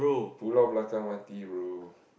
Pulau Belakang Mati bro